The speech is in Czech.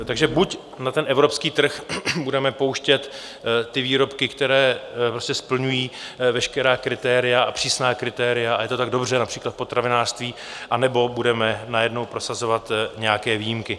Takže buď na evropský trh budeme pouštět výrobky, které splňují veškerá kritéria a přísná kritéria a je to tak dobře, například v potravinářství anebo budeme najednou prosazovat nějaké výjimky.